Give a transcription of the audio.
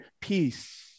peace